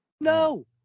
No